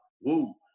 Whoa